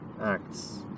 acts